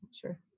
sure